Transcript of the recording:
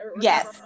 Yes